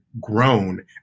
grown